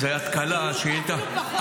זו התקלה, השאילתה.